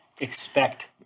Expect